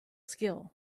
skill